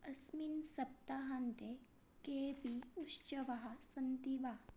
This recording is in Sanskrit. अस्मिन् सप्ताहान्ते केऽपि उत्सवाः सन्ति वा